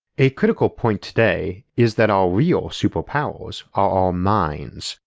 a critical point today is that our real superpowers are our minds,